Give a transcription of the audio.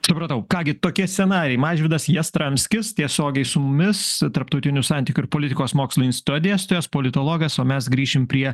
supratau ką gi tokie scenarijai mažvydas jastramskis tiesiogiai su mumis tarptautinių santykių ir politikos mokslų instituto dėstytojas politologas o mes grįšim prie